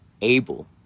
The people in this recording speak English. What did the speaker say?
able